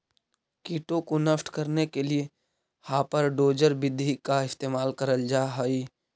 कीटों को नष्ट करने के लिए हापर डोजर विधि का इस्तेमाल करल जा हई